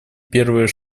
первый